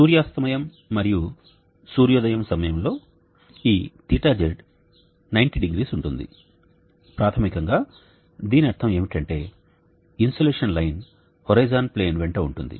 సూర్యాస్తమయం మరియు సూర్యోదయం సమయంలో ఈ θZ 900 ఉంటుంది ప్రాథమికంగా దీని అర్థం ఏమిటంటే ఇన్సోలేషన్ లైన్ హోరిజోన్ ప్లేన్ వెంట ఉంటుంది